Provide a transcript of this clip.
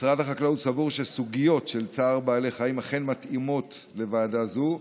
משרד החקלאות סבור שסוגיות של צער בעלי חיים אכן מתאימות לוועדה זו,